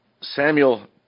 Samuel